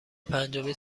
پنجمین